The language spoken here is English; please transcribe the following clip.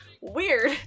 weird